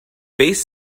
base